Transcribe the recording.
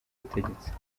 butegetsi